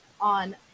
on